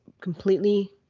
completely